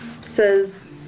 says